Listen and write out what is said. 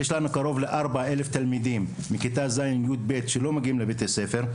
יש לנו קרוב ל-4,000 תלמידים מכיתות ז׳-י״ב שלא מגיעים לבתי הספר.